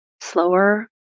slower